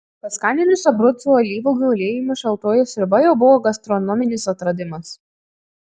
paskaninus abrucų alyvuogių aliejumi šaltoji sriuba jau buvo gastronominis atradimas